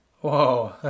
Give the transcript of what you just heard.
Whoa